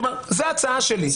זו ההערה שלי,